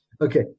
Okay